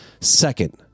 second